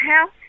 house